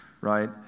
right